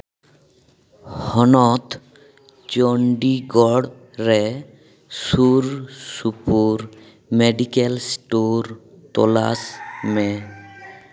ᱦᱚᱱᱚᱛ ᱪᱚᱱᱰᱤᱜᱚᱲ ᱨᱮ ᱥᱩᱨᱼᱥᱩᱯᱩᱨ ᱢᱮᱰᱤᱠᱮᱞᱥ ᱥᱴᱳᱨ ᱛᱚᱞᱟᱥ ᱢᱮ